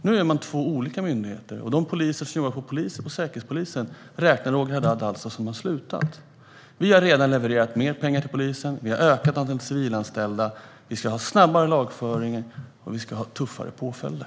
Nu är man två olika myndigheter, och de poliser som jobbar på Säkerhetspolisen räknar Roger Haddad alltså som poliser som har slutat. Vi har redan levererat mer pengar till polisen, och vi har ökat antalet civilanställda. Vi ska ha snabbare lagföring, och vi ska ha tuffare påföljder.